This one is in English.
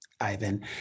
Ivan